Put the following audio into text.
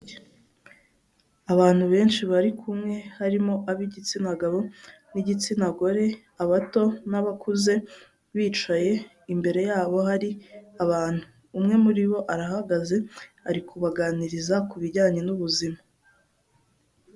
Abantu benshi bari kumwe harimo ab'igitsina gabo n'igitsina gore, abato n'abakuze bicaye imbere yabo hari abantu. Umwe muri bo arahagaze ari kubaganiriza ku bijyanye n'ubuzima.